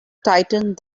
tightened